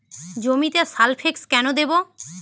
জমিতে সালফেক্স কেন দেবো?